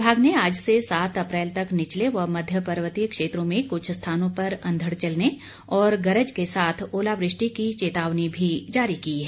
विभाग ने आज से सात अप्रैल तक निचले व मध्य पर्वतीय क्षेत्रों में कुछ स्थानों पर अंधड़ चलने और गरज के साथ ओलावृष्टि की चेतावनी भी जारी की है